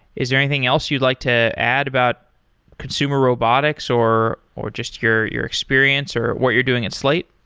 is there anything else you'd like to add about consumer robotics or or just your your experience or what you're doing at slate?